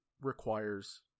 requires